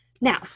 Now